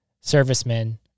servicemen